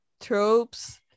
tropes